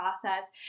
process